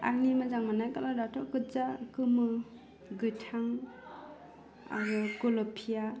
आंनि मोजां मोननाय कालाराथ' गोज्जा गोमो गोथां आरो गल'फिया